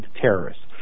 terrorists